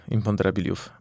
Imponderabiliów